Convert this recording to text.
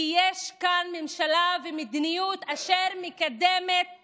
כי יש כאן ממשלה, ומדיניות, אשר מקדמת